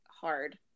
hard